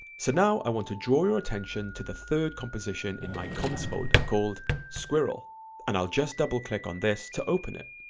so now i want to draw your attention to the third composition in my comps folder called squirrel and i'll just double click on this to open it.